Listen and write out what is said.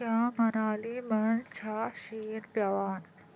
کیاہ منالی منز چھا شین پیوان